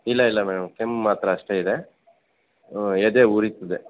ಇಲ್ಲ ಇಲ್ಲ ಮೇಡಮ್ ಕೆಮ್ಮು ಮಾತ್ರ ಅಷ್ಟೇ ಇದೆ ಎದೆ ಉರೀತದೆ